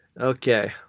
Okay